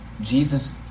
Jesus